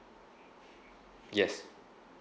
yes